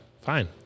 fine